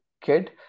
kid